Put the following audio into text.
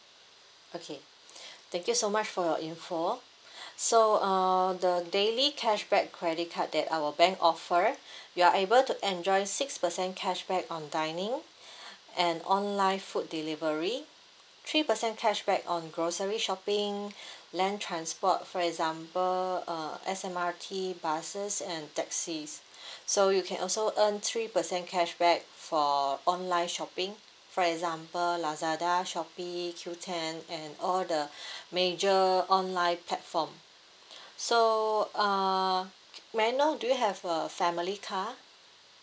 okay thank you so much for your info so uh the daily cashback credit card that our bank offer you are able to enjoy six percent cashback on dining and online food delivery three percent cashback on grocery shopping land transport for example uh S_M_R_T buses and taxis so you can also earn three percent cashback for online shopping for example lazada shopee Q ten and all the major online platform so uh may I know do you have a family car